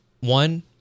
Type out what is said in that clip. one